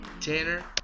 Tanner